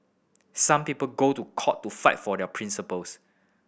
some people go to court to fight for their principles